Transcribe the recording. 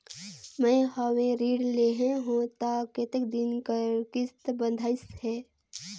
मैं हवे ऋण लेहे हों त कतेक दिन कर किस्त बंधाइस हे?